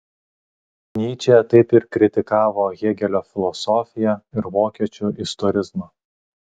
nyčė taip pat kritikavo hėgelio filosofiją ir vokiečių istorizmą